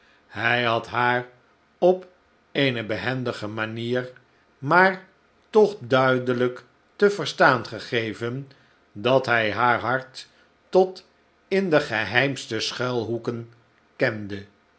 hij had haar op eene behendige manier maar toch duidelijk te verstaan gegeven dat hij haar hart tot in de geheimste schuilhoeken kende